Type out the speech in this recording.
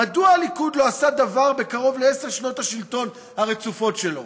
מדוע הליכוד לא עשה דבר בקרוב לעשר שנות השלטון הרצופות שלו